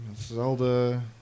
Zelda